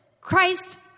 Christ